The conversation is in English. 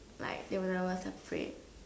like they never separate